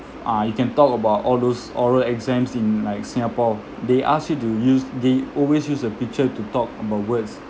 uh I can talk about all those oral exams in like singapore they ask you to use they always use a picture to talk about words